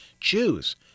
choose